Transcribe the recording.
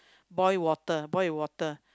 boil water boil water